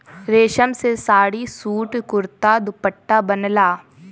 रेशम से साड़ी, सूट, कुरता, दुपट्टा बनला